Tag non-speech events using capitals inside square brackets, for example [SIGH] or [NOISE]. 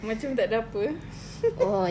macam tak ada apa eh [LAUGHS]